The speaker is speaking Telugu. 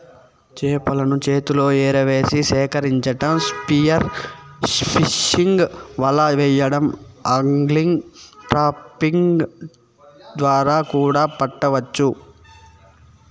చేపలను చేతితో ఎరవేసి సేకరించటం, స్పియర్ ఫిషింగ్, వల వెయ్యడం, ఆగ్లింగ్, ట్రాపింగ్ ద్వారా కూడా పట్టవచ్చు